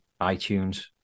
iTunes